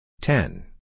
ten